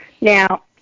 Now